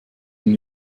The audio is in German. den